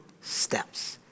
steps